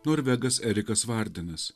norvegas erikas vardenas